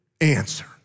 answer